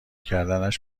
کردنش